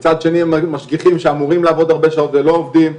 מצד שני משגיחים שאמורים לעבוד הרבה שעות ולא עובדים.